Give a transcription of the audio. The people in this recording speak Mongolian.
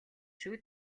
шүү